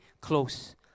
close